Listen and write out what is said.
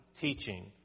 teaching